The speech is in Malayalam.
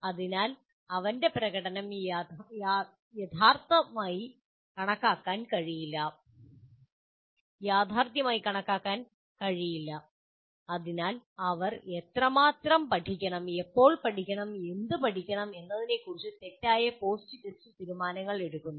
അതിനാൽ അവന്റെ പ്രകടനം യാഥാർത്ഥ്യമായി കണക്കാക്കാൻ അദ്ദേഹത്തിന് കഴിയില്ല അതിനാൽ അവർ എത്രമാത്രം പഠിക്കണം എപ്പോൾ പഠിക്കണം എന്ത് പഠിക്കണം എന്നതിനെക്കുറിച്ചുള്ള തെറ്റായ പോസ്റ്റ് ടെസ്റ്റ് പഠന തീരുമാനങ്ങൾ എടുക്കുന്നു